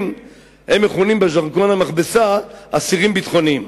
הם מכונים בז'רגון המכבסה "אסירים ביטחוניים".